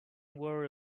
wore